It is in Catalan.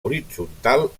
horitzontal